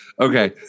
Okay